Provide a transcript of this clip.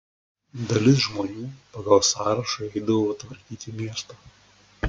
dalis žmonių pagal sąrašą eidavo tvarkyti miesto